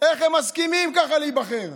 איך הם מסכימים ככה להיבחר?